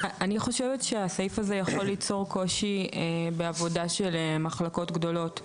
הסעיף הזה עלול ליצור קושי בעבודה של מחלקות גדולות.